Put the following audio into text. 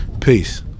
Peace